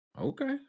Okay